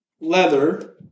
leather